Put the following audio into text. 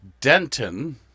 denton